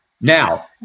Now